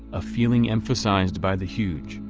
a feeling emphasized by the huge,